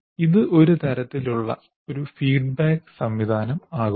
ഇത് ഒരു തരത്തിലുള്ള ഫീഡ്ബാക്ക് സംവിധാനം ആകുന്നു